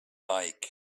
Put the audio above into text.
like